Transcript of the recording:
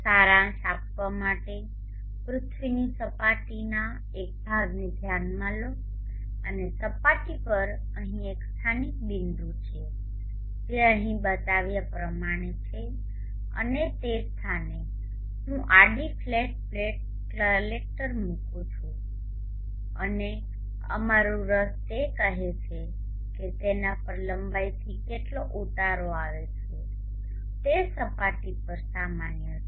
સારાંશ આપવા માટે પૃથ્વીની સપાટીના એક ભાગને ધ્યાનમાં લો અને સપાટી પર અહીં એક સ્થાનિક બિંદુ છે જે અહીં બતાવ્યા પ્રમાણે છે અને તે સ્થાને હું આડી ફ્લેટ પ્લેટ કલેક્ટર મૂકી રહ્યો છું અને અમારું રસ તે કહે છે કે તેના પર લંબાઈથી કેટલો ઉતારો આવે છે તે સપાટી પર સામાન્ય છે